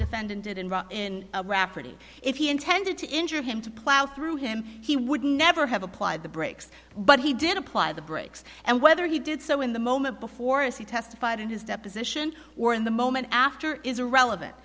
defendant did and run in a rafferty if he intended to injure him to plow through him he would never have applied the brakes but he did apply the brakes and whether he did so in the moment before as he testified in his deposition or in the moment after is irrelevant